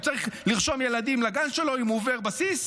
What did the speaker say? הוא צריך לרשום ילדים לגן שלו אם הוא עובר בסיס?